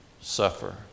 suffer